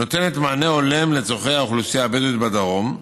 נותנת מענה הולם לצורכי האוכלוסייה הבדואית בדרום,